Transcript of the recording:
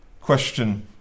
question